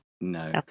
No